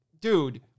dude